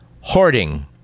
hoarding